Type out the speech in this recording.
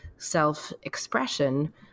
self-expression